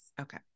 Okay